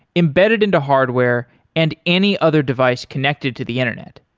embedded into hardware and any other device connected to the internet.